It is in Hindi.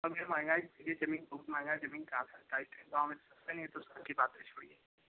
सब जगह महंगी यह ज़मीन बहुत महंगी है ज़मीन कहाँ सस्ता है गाँव में सस्ते नहीं है तो शहर कि बात छोड़िए